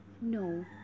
No